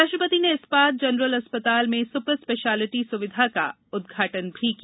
राष्ट्रपति ने इस्पात जनरल अस्पतताल में सुपर स्पेशियलिटी सुविधा का उद्घाटन भी किया